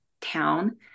town